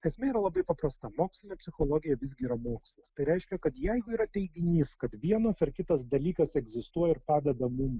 esmė yra labai paprasta mokslinė psichologija visgi yra mokslas tai reiškia kad jei yra teiginys kad vienas ar kitas dalykas egzistuoja ir padeda mum